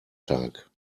tag